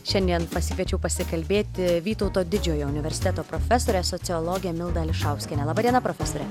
šiandien pasikviečiau pasikalbėti vytauto didžiojo universiteto profesorę sociologę mildą ališauskienę laba diena profesore